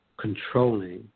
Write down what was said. controlling